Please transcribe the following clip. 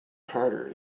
harder